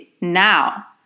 now